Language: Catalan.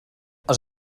els